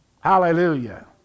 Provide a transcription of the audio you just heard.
hallelujah